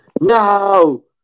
No